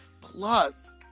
Plus